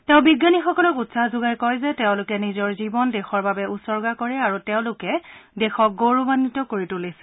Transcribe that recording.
তেওঁ বিজ্ঞানীসকলক উৎসাহ যোগাই কয় যে তেওঁলোকে নিজৰ জীৱন দেশৰ বাবে উচৰ্গা কৰে আৰু তেওঁলোকে দেশক গৌৰৱাঘিত কৰি তুলিছে